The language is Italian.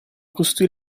costui